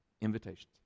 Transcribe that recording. Invitations